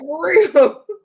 real